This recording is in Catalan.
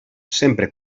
sempre